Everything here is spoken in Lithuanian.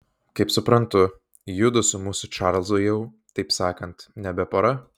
kaip suprantu judu su mūsų čarlzu jau taip sakant nebe pora